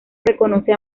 reconoce